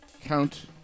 Count